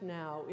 now